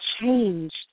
changed